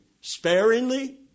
sparingly